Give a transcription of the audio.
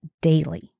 daily